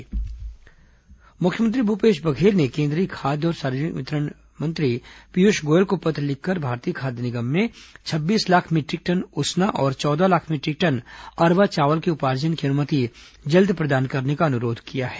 मुख्यमंत्री केंद्रीय मंत्री पत्र मुख्यमंत्री भूपेश बघेल ने केन्द्रीय खाद्य और सार्वजनिक वितरण मंत्री पीयूष गोयल को पत्र लिखकर भारतीय खाद्य निगम में छब्बीस लाख मीटरिक टन उसना और चौदह लाख मीटरिक टन अरवा चावल के उपार्जन की अनुमति जल्द प्रदान करने का अनुरोध किया है